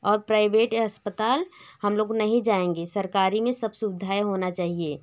और प्राइवेट अस्पताल हम लोग नहीं जाएँगे सरकारी में सब सुवधाएँ होना चाहिए